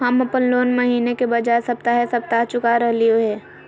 हम अप्पन लोन महीने के बजाय सप्ताहे सप्ताह चुका रहलिओ हें